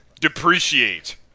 depreciate